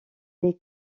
est